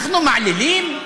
אנחנו מעלילים?